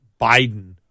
Biden